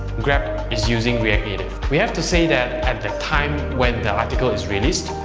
grab is using react native! we have to say that at the time when the article is released,